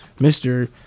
Mr